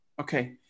Okay